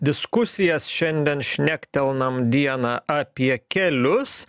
diskusijas šiandien šnektelnam dieną apie kelius